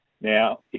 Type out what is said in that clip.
Now